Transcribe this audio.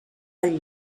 del